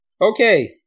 Okay